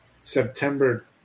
September